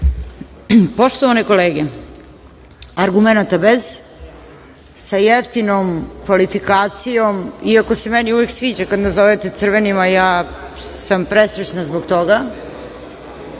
godinu. Poštovane kolege, argumenata bez, sa jeftinom kvalifikacijom, iako se meni uvek sviđa nas zovete crvenima, ja sam presrećna zbog toga,